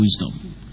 wisdom